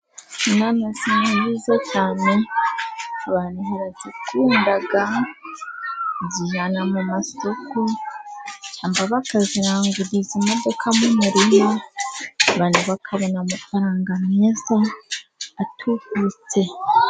Inanasi ni nziza cyane abantu barazikunda, bazijyana mu masoko cyangwa bakaziranguriza imodoka mu murima, abantu bakabona amafaranga meza atutse.